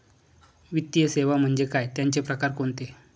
वित्तीय सेवा म्हणजे काय? त्यांचे प्रकार कोणते?